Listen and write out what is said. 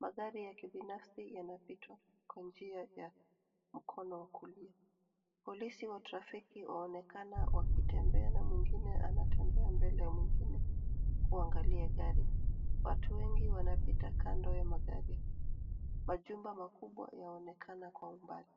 Magari ya kibinafsi yanapitwa kwa njia ya mkono wa kulia. Polisi wa trafiki wanaonekana wakitembea, na mwingine anatembea mbele ya mwingine kuaangalia gari. Watu wengi wanapita kando ya magari. Majumba makubwa yanaonekana kwa umbali.